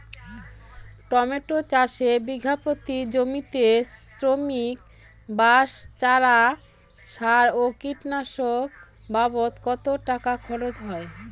Tomato চাষে বিঘা প্রতি জমিতে শ্রমিক, বাঁশ, চারা, সার ও কীটনাশক বাবদ কত টাকা খরচ হয়?